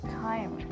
time